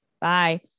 bye